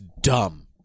dumb